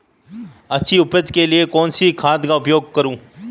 अच्छी उपज के लिए कौनसी खाद का उपयोग करूं?